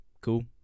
cool